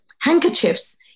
handkerchiefs